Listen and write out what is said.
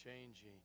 changing